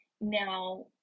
Now